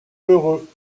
heureux